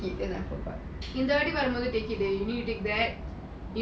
okay we need to talk about other things like what